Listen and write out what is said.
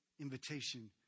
invitation